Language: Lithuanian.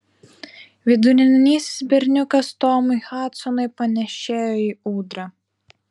vidurinysis berniukas tomui hadsonui panėšėjo į ūdrą